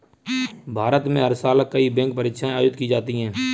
भारत में हर साल कई बैंक परीक्षाएं आयोजित की जाती हैं